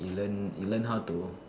you learn you learn how to